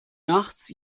nachts